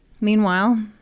Meanwhile